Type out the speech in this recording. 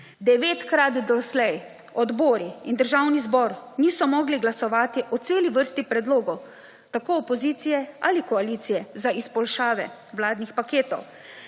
Devetkrat doslej odbori in Državni zbor niso mogli glasovati o celi vrsti predlogov tako opozicije ali koalicije za izboljšave vladnih paketov,